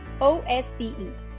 OSCE